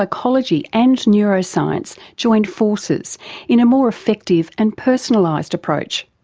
psychology and neuroscience join forces in a more effective and personalised approach.